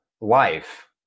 life